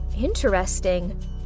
interesting